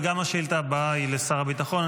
גם השאילתה הבאה היא לשר הביטחון.